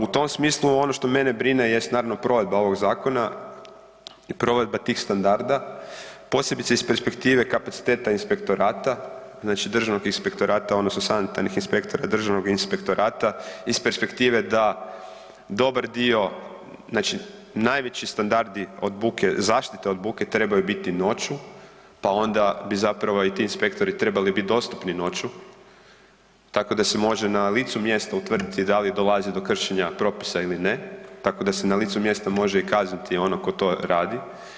U tom smislu ono što mene brine jest naravno provedba ovog zakona i provedba tih standarda, posebice iz perspektive kapaciteta inspektorata, Državnog inspektorata odnosno sanitarnih inspektora Državnog inspektorata iz perspektive da dobar dio znači najveći standardi od buke zaštite od buke trebaju biti noću, pa onda bi ti inspektori trebali biti dostupni noću tako da se može na licu mjesta utvrditi da li dolazi do kršenja propisa ili ne, tako da se na licu mjesta može kazniti onoga tko to radi.